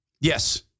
Yes